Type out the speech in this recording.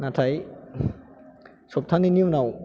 नाथाय सब्थानैनि उनाव